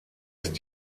ist